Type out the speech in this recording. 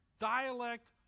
dialect